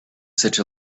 such